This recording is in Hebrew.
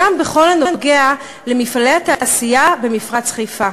בכל הקשור למפעלי התעשייה במפרץ חיפה?